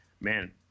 man